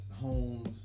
homes